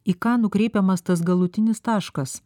į ką nukreipiamas tas galutinis taškas